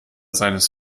seines